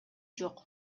жок